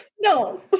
No